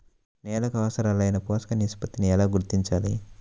నేలలకు అవసరాలైన పోషక నిష్పత్తిని ఎలా గుర్తించాలి?